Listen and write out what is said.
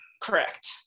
Correct